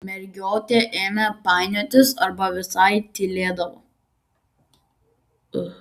mergiotė ėmė painiotis arba visai tylėdavo